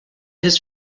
his